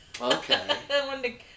Okay